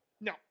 No